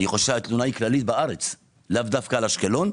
התלונה היא כללית בארץ, לאו דווקא על אשקלון.